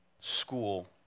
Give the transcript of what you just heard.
school